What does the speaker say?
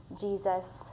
Jesus